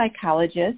psychologist